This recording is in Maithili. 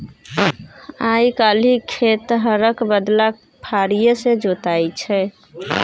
आइ काल्हि खेत हरक बदला फारीए सँ जोताइ छै